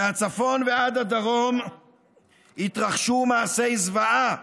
מהצפון ועד הדרום התרחשו מעשי זוועה.